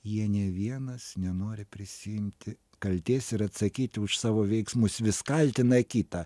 jie nė vienas nenori prisiimti kaltės ir atsakyti už savo veiksmus vis kaltina kitą